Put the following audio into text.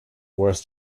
worse